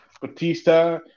Batista